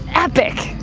epic,